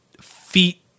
feet